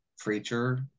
creature